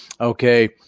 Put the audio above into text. Okay